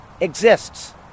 exists